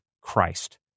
Christ